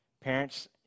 Parents